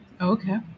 okay